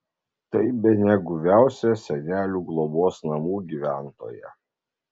tai bene guviausia senelių globos namų gyventoja